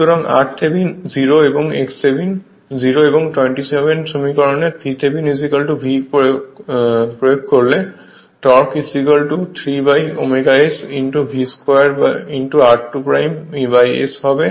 সুতরাং r Thevenin 0 এবং x Thevenin 0 এবং 27 সমীকরণে VThevenin V করলে torque 3ω S V 2 r2 S হবে